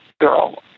girl